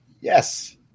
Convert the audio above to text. yes